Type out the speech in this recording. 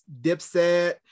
Dipset